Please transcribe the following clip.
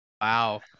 wow